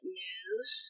news